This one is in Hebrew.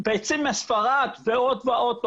ביצים מספרד ועוד ועוד,